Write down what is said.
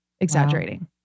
exaggerating